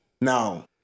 Now